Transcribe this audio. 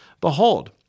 Behold